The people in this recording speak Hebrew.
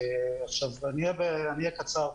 אני אהיה קצר פה,